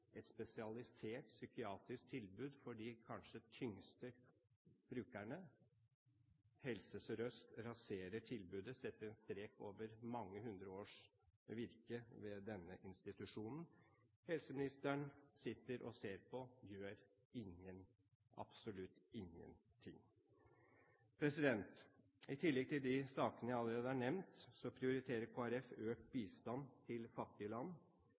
et spesialisert, psykiatrisk tilbud for kanskje de tyngste brukerne. Helse Sør-Øst raserer tilbudet. De setter en strek over mange hundre års virke ved denne institusjonen. Helseministeren sitter og ser på, gjør absolutt ingen ting. I tillegg til de sakene jeg allerede har nevnt, prioriterer Kristelig Folkeparti økt bistand til fattige land,